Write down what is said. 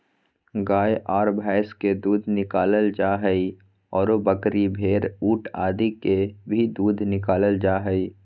गाय आर भैंस के दूध निकालल जा हई, आरो बकरी, भेड़, ऊंट आदि के भी दूध निकालल जा हई